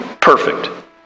perfect